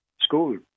school